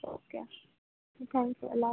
okay thank you Allah Hafiz